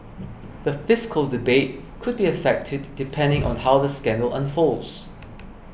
the fiscal debate could be affected depending on how the scandal unfolds